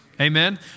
Amen